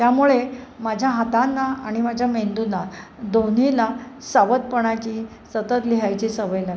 त्यामुळे माझ्या हातांना आणि माझ्या मेंदूला दोन्हीला सावधपणाची सतत लिहायची सवय लागते